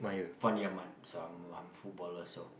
Fandi-Ahmad so I'm I'm footballer so